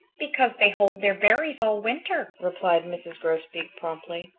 because they hold their berries all winter, replied mrs. grosbeak promptly,